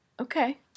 Okay